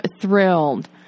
thrilled